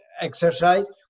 exercise